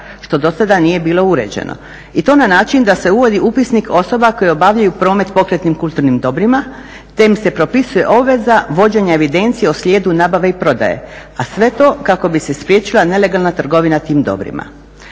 što do sada nije bilo uređeno i to na način da se uvodi upisnik osoba koje obavljaju promet pokretnim kulturnim dobrima te im se propisuje obveza vođenja evidencije o slijedu nabave i prodaje, a sve to kako bi se spriječila nelegalna trgovina tim dobrima.